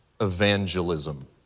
Evangelism